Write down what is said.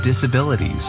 disabilities